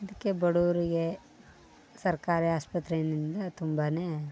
ಅದಕ್ಕೆ ಬಡವರಿಗೆ ಸರ್ಕಾರಿ ಆಸ್ಪತ್ರೆಯಿಂದ ತುಂಬಾ